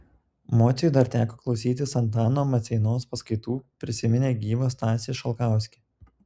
mociui dar teko klausytis antano maceinos paskaitų prisiminė gyvą stasį šalkauskį